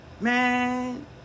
Man